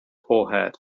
forehead